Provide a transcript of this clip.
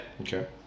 Okay